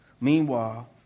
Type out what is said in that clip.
meanwhile